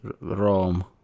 Rome